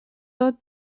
tot